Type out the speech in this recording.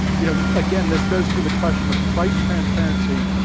you know, again, this goes to the question of price transparency.